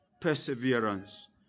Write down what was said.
perseverance